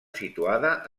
situada